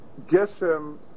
geshem